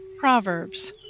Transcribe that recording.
Proverbs